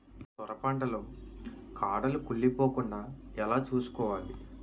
సొర పంట లో కాడలు కుళ్ళి పోకుండా ఎలా చూసుకోవాలి?